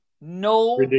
No